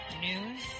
news